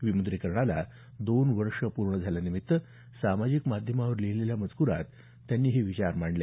विमुद्रीकरणाला दोन वर्ष पूर्ण झाल्यानिमित्त सामाजिक माध्यमावर लिहिलेल्या मजकुरात त्यांनी हे विचार मांडले